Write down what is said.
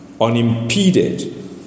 unimpeded